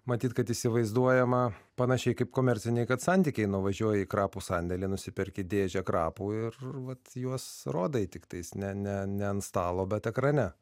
matyt kad įsivaizduojama panašiai kaip komerciniai santykiai nuvažiuoji į krapų sandėlį nusiperki dėžę krapų ir vat juos rodai tiktais ne ne ne ant stalo bet ekrane